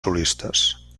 solistes